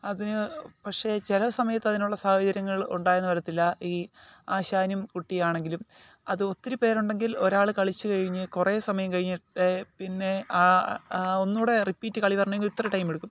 അതിന് പക്ഷേ ചില സമയത്ത് അതിനുള്ള സാഹചര്യങ്ങൾ ഉണ്ടായെന്നു വരത്തില്ല ഈ ആശാനും കുട്ടിയാണെങ്കിലും അത് ഒത്തിരി പേരുണ്ടെങ്കിൽ ഒരാൾ കളിച്ചു കഴിഞ്ഞ് കുറെ സമയം കഴിഞ്ഞിട്ടേ പിന്നെ ആ ഒന്നുകൂടി റിപ്പീറ്റ് കളി വരണമെങ്കിൽ ഇത്ര ടൈം എടുക്കും